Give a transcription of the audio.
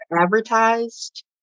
advertised